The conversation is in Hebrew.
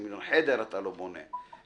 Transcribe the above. חדר אתה לא יכול לקנות בחצי מיליון שקל,